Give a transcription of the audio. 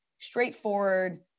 straightforward